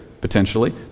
potentially